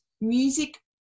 music